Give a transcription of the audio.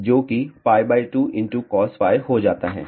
जो कि π2cosφ हो जाता है